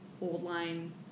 old-line